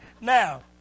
Now